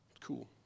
cool